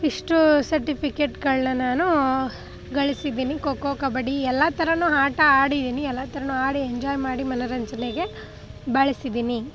ಇಷ್ಟು ಸರ್ಟಿಫಿಕೇಟ್ಗಳನ್ನ ನಾನು ಗಳಿಸಿದ್ದೀನಿ ಖೋಖೋ ಕಬಡ್ಡಿ ಎಲ್ಲ ಥರನೂ ಆಟ ಆಡಿದ್ದೀನಿ ಎಲ್ಲ ಥರನೂ ಆಡಿ ಎಂಜಾಯ್ ಮಾಡಿ ಮನೋರಂಜನೆಗೆ ಬಳಸಿದ್ದೀನಿ